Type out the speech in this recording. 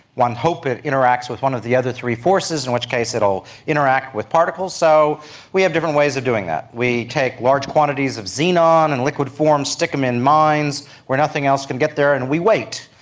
one hopes it interacts with one of the other three forces, in which case it will interact with particles, so we have different ways of doing that. we take large quantities of xenon in liquid form, stick them in mines where nothing else can get there, and we wait.